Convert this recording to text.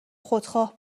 خودخواه